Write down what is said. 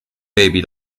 baby